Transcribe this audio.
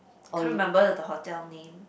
can't remember the hotel name